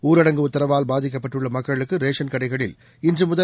ஊரடங்கு உத்தரவால் பாதிக்கப்பட்டுள்ள மக்களுக்கு ரேஷன் கடைகளில் இன்று முதல்